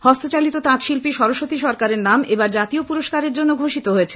হস্তচালিত তাঁত শিল্পী সরস্বতী সরকারের নাম এবার জাতীয় পুরস্কারের জন্য ঘোষিত হয়েছে